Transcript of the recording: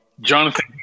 Jonathan